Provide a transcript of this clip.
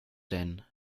denn